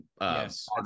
Yes